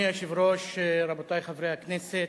אדוני היושב-ראש, רבותי חברי הכנסת,